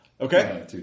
Okay